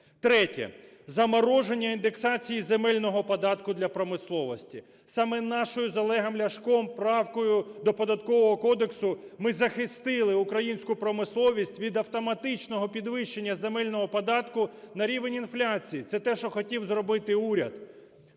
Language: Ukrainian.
Третє. Замороження індексації земельного податку для промисловості саме нашою з Олегом Ляшком правкою до Податкового кодексу. Ми захистили українську промисловість від автоматичного підвищення земельного податку на рівень інфляції – це те, що хотів зробити уряд.